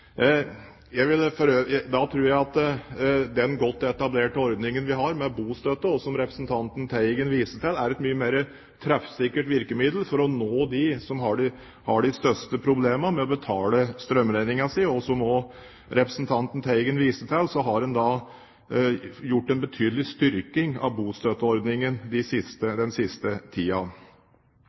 jeg at den godt etablerte ordningen vi har med bostøtte, som representanten Teigen viste til, er et mye mer treffsikkert virkemiddel for å nå dem som har de største problemene med å betale strømregningen sin. Som representanten Teigen også viste til, har man styrket bostøtteordningen betydelig den siste